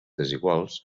desiguals